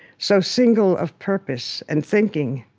so single of purpose and thinking,